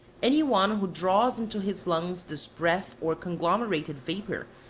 any one who draws into his lungs this breath or conglomerated vapour,